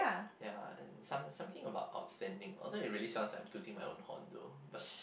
ya some something about outstanding although it really sounds like I'm tooting my own horn though but